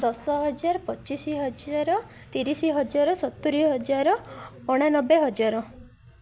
ଦଶ ହଜାର ପଚିଶି ହଜାର ତିରିଶି ହଜାର ସତୁୁରୀ ହଜାର ଅଣାନବେ ହଜାର